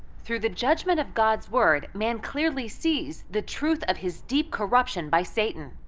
through the judgment of god's word, man clearly sees the truth of his deep corruption by satan,